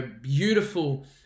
beautiful